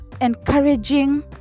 encouraging